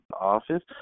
office